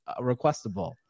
requestable